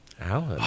Alan